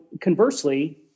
conversely